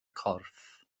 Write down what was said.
corff